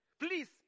Please